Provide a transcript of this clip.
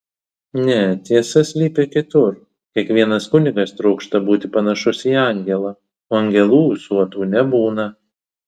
ne tiesa slypi kitur kiekvienas kunigas trokšta būti panašus į angelą o angelų ūsuotų nebūna